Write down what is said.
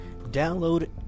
Download